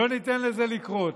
לא ניתן לזה לקרות,